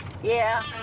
yeah.